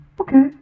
Okay